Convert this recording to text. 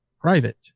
private